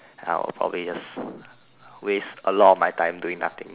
I'll probably just waste a lot of my time doing nothing